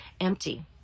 empty